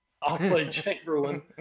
Oxlade-Chamberlain